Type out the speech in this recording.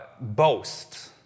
boast